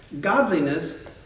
godliness